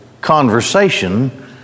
conversation